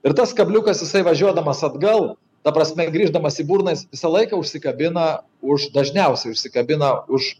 ir tas kabliukas jisai važiuodamas atgal ta prasme grįždamas į burną jis visą laiką užsikabina už dažniausiai užsikabina už